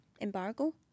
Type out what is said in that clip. embargo